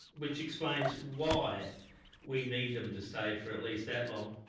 which explains why we need them to stay for at least that long.